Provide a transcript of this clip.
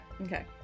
okay